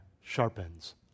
sharpens